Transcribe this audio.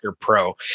Pro